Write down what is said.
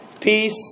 peace